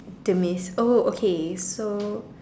demise oh okay so